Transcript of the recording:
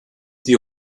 die